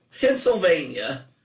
Pennsylvania